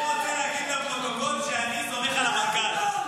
--- אני רוצה להגיד לפרוטוקול שאני סומך על המנכ"ל.